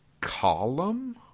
column